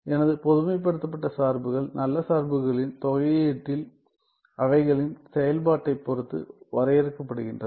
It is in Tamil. எனது பொதுமைப்படுத்தப்பட்ட சார்புகள் நல்ல சார்புகளின் தொகையீட்டில் அவைகளின் செயல்பாட்டை பொறுத்து வரையறுக்கப்படுகின்றது